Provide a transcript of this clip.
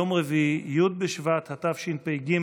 יום רביעי י' בשבט התשפ"ג,